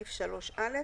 סעיף 3(א),